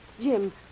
Jim